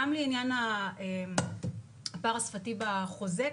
גם לעניין הפער השפתי בחוזה,